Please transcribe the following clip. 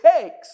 takes